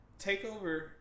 Takeover